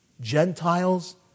Gentiles